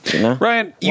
Ryan